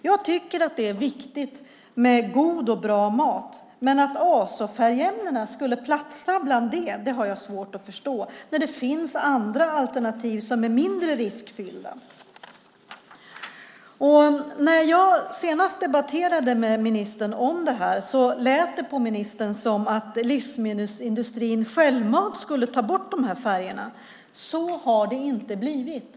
Jag tycker att det är viktigt med god och bra mat, men att azofärgämnena skulle platsa där har jag svårt att förstå. Det finns andra alternativ som är mindre riskfyllda. När jag senast debatterade med ministern om det här lät det på ministern som att livsmedelsindustrin självmant skulle ta bort de här färgerna. Så har det inte blivit.